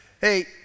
Hey